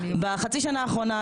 בחצי השנה האחרונה,